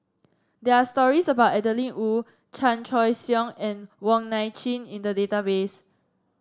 there are stories about Adeline Ooi Chan Choy Siong and Wong Nai Chin in the database